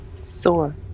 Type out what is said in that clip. Sore